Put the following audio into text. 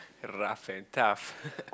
rough and tough